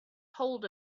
hold